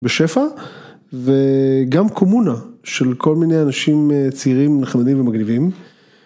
בשפע וגם קומונה של כל מיני אנשים צעירים נחמדים ומגניבים.